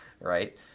right